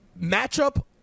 matchup